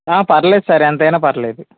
పర్లేదు సార్ ఎంతైన పర్లేదు